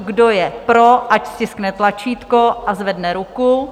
Kdo je pro, ať stiskne tlačítko a zvedne ruku.